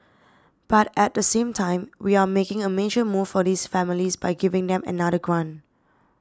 but at the same time we are making a major move for these families by giving them another grant